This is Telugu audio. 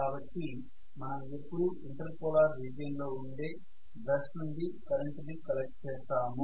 కాబట్టి మనం ఎప్పుడూ ఇంటర్ పోలార్ రీజియన్ లో ఉండే బ్రష్ నుండి కరెంటుని కలెక్ట్ చేస్తాము